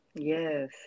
yes